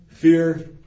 Fear